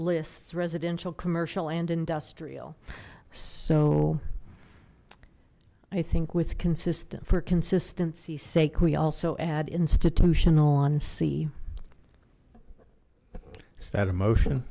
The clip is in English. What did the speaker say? lists residential commercial and industrial so i think with consistent for consistency's sake we also add institutional on c it's that emotion